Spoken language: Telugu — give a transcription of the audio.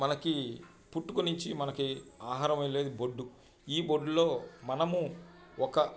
మనకి పుట్టుకనుంచి మనకి ఆహారం వెళ్ళేది బొడ్డు ఈ బొడ్డులో మనము ఒక